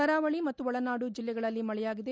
ಕರಾವಳಿ ಮತ್ತು ಒಳನಾಡು ಜಿಲ್ಲೆಗಳಲ್ಲಿ ಮಳೆಯಾಗಿದೆ